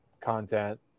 content